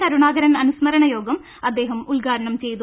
കരുണാകരൻ അനുസ്മരണ യോഗം അദ്ദേഹം ഉദ്ഘാടനം ചെയ്തു